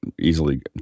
easily